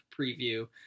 preview